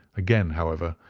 again, however,